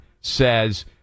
says